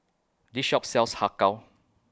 This Shop sells Har Kow